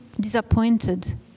disappointed